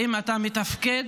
אם אתה מתפקד